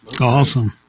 awesome